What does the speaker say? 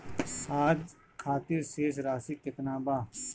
आज खातिर शेष राशि केतना बा?